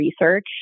research